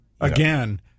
Again